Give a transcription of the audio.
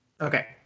Okay